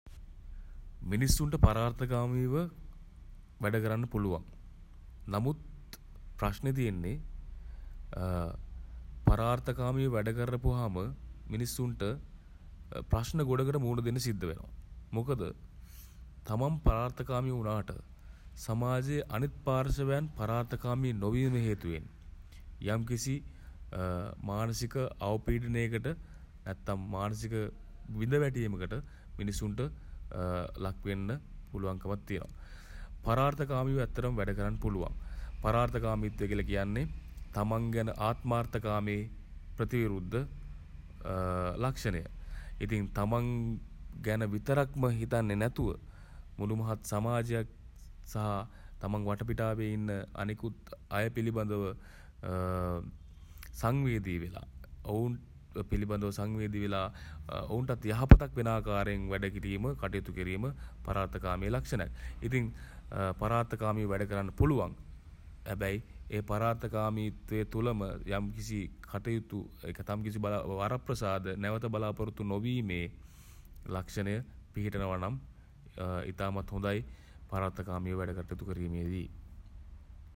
මිනිස්සුන්ට පරාර්ථකාමීව වැඩ කරන්න පුළුවන්. නමුත් ප්‍රශ්නේ තියෙන්නේ පරාර්ථකාමීව වැඩකරපුහාම මිනිස්සුන්ට ප්‍රශ්න ගොඩකට මුහුණදෙන සිද්ධ වෙනවා. මොකද තමන් පරාර්ථකාමී වුණාට සමාජයේ අනෙක් පාර්ශ්වයන් පරාර්ථකාමී නොවීම හේතුවෙන් යම්කිසි මානසික අවපීඩනයකට නැත්නම් මානසික බිඳවැටීමකට මිනිසුන්ට ලක්වෙන්න පුළුවන්කමක් තියෙනවා. පරාර්ථකාමීව ඇත්තටම වැඩ කරන්න පුළුවන්. පරාර්ථකාමීත්වය කියල කියන්නෙ තමන් ගැන ආත්මාර්ථකාමී ප්රතිවිරුද්ධ ලක්ෂණය. ඉතින් තමන් ගැන විතරක්ම හිතන්නේ නැතුව මුළු මහත් සමාජයක් සහ තමන් වටපිටාවේ ඉන්න අනෙකුත් අය පිළිබඳව සංවේදී වෙලා ඔවුන් පිළිබඳව සංවේදී වෙලා ඔවුන්ටත් යහපතක් වන ආකාරයෙන් වැඩ කිරීම කටයුතු කිරීම පරාර්ථකාමී ලක්ෂණයක්. ඉතින් පරාර්ථකාමීව වැඩ කරන්න පුළුවන්. හැබැයි ඒ පරාර්ථකාමීත්වය තුළම යම්කිසි කටයුතු යම්කිසි වරප්‍රසාද නැවත බලාපොරොත්තු නොවීමේ ලක්ෂණය පිහිටනවා නම් ඉතාමත් හොඳයි පරාර්ථකාමීව වැඩ කිරීමේදී.